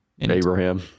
Abraham